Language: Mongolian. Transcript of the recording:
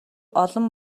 олон